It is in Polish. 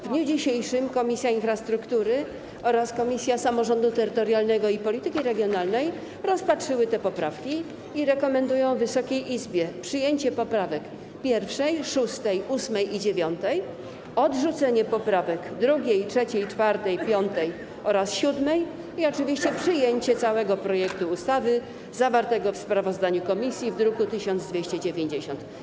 W dniu dzisiejszym Komisja Infrastruktury oraz Komisja Samorządu Terytorialnego i Polityki Regionalnej rozpatrzyły te poprawki i rekomendują Wysokiej Izbie przyjęcie poprawek 1., 6., 8. i 9., odrzucenie poprawek 2., 3., 4., 5. oraz 7. i oczywiście przyjęcie całego projektu ustawy zawartego w sprawozdaniu komisji w druku nr 1290.